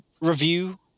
review